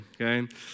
okay